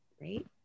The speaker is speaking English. right